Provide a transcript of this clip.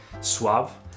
Suave